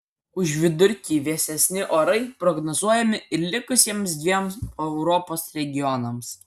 už vidurkį vėsesni orai prognozuojami ir likusiems dviem europos regionams